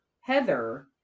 Heather